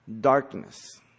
darkness